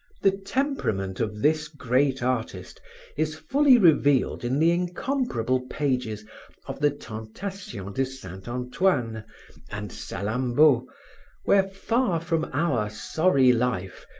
the temperament of this great artist is fully revealed in the incomparable pages of the tentation de saint antoine and salammbo where, far from our sorry life,